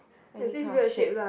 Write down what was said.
any kind of shape